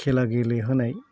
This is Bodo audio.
खेला गेलेहोनाय